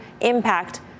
impact